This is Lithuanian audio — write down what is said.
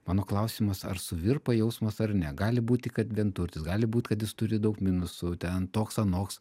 mano klausimas ar suvirpa jausmas ar ne gali būti kad vienturtis gali būt kad jis turi daug minusų ten toks anoks